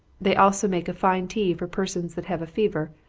they also make a fine tea for persons that have a fever,